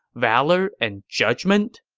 valor and judgment?